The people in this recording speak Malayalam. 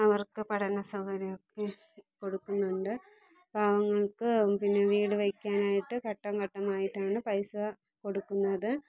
അവർക്ക് പഠനം സൗകര്യം ഒക്കെ കൊടുക്കുന്നുണ്ട് പാവങ്ങൾക്ക് പിന്നെ വീട് വെക്കാനായിട്ട് ഘട്ടം ഘട്ടം ആയിട്ടാണ് പൈസ കൊടുക്കുന്നത്